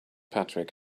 patrick